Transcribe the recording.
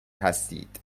هستید